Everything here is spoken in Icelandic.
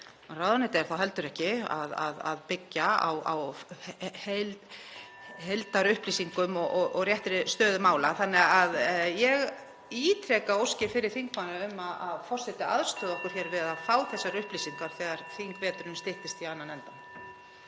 ráðuneytið er þá heldur ekki að byggja á heildarupplýsingum og réttri stöðu mála. Þannig að ég ítreka óskir þingmanna um að forseti aðstoði okkur við að fá þessar upplýsingar þegar þingveturinn styttist í annan endann.